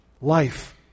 life